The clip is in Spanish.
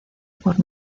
por